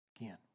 again